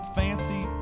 fancy